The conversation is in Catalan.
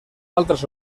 altres